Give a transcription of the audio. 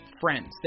friends